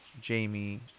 Jamie